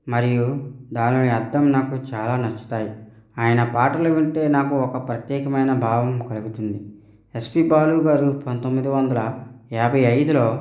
మరియు దానిని అర్థం నాకు చాలా నచ్చుతాయి ఆయన పాటలు వింటే నాకు ఒక ప్రత్యేకమైన భావం కలుగుతుంది ఎస్పి బాలు గారు పందొమ్మిది వందల యాభై ఐదులో